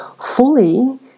fully